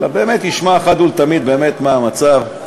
אלא באמת ישמע אחת ולתמיד מה המצב.